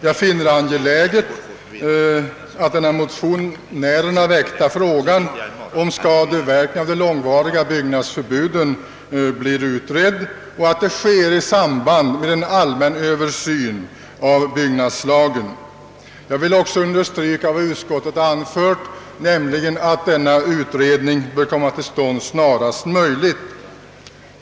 Jag finner det angeläget att den i motionen väckta frågan om att skadeverkningar av långvariga byggnadsförbud blir utredd och att det sker i samband med en allmän översyn av byggnadslagen. Jag vill också understryka vad utskottet har anfört om att denna utredning bör komma till stånd snarast möjligt.